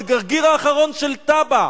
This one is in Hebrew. עד הגרגר האחרון של טאבה,